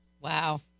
Wow